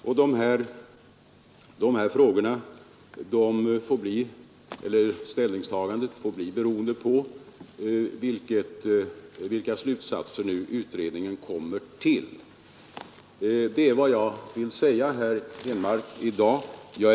Ställningstagandet till de här frågorna får bli beroende av vilka slutsatser utredningen kommer till. Det är vad jag vill säga herr Henmark i dag.